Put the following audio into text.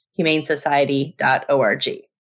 humanesociety.org